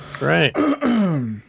Right